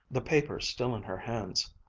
the paper still in her hands,